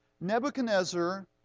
Nebuchadnezzar